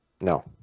no